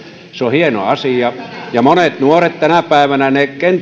hieno asia monet nuoret tänä päivänä